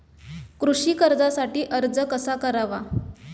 कृषी कर्जासाठी अर्ज कसा करावा?